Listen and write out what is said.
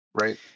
right